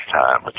time